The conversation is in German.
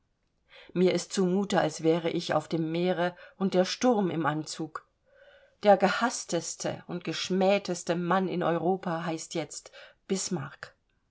mir ist zu mute als wäre ich auf dem meere und der sturm im anzug der gehaßteste und geschmähteste mann in europa heißt jetzt bismarck